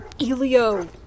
Elio